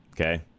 Okay